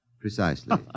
Precisely